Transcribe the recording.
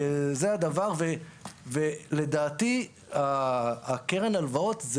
לדעתי קרן ההלוואות,